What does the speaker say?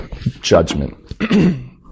judgment